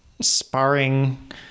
sparring